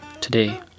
today